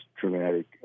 traumatic